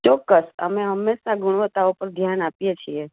ચોક્કસ અમે હંમેશા ગુણવત્તા ઉપર ધ્યાન આપીએ છીએ